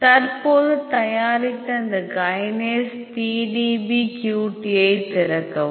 தற்போது தயாரித்த இந்த கைனேஸ் PDBQT ஐத் திறக்கவும்